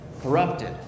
corrupted